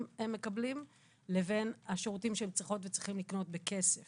מקבלים לבין השירותים שהם צריכות וצריכים לקנות בכסף